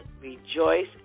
rejoice